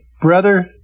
brother